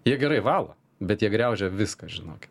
jie gerai valo bet jie griaužia viską žinokit